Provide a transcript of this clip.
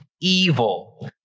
evil